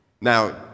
Now